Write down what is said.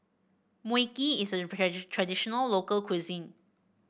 Mui Kee is a traditional local cuisine